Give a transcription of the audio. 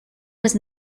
was